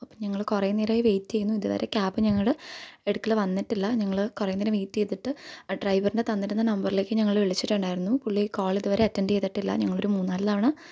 അപ്പം ഞങ്ങള് കുറെ നേരമായി വെയ്റ്റ് ചെയ്യുന്നു ഇത് വരെ ക്യാബ് ഞങ്ങള് എടുക്കല് വന്നിട്ടില്ല ഞങ്ങള് കുറെ നേരം വെയ്റ്റ് ചെയ്തിട്ട് ആ ഡ്രൈവറിൻ്റെ തന്നിരുന്ന നമ്പറിലേയ്ക്ക് ഞങ്ങള് വിളിച്ചിട്ടുണ്ടായിരുന്നു പുള്ളി കോൾ ഇതുവരെ അറ്റെന്ഡ് ചെയ്തിട്ടില്ല ഞങ്ങളൊര് മൂന്ന് നാല് തവണ